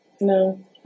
No